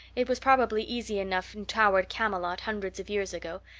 it was probably easy enough in towered camelot hundreds of years ago,